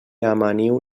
amaniu